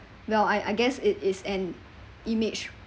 well I I guess it is an image